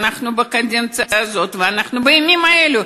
בקדנציה הזאת ובימים האלה,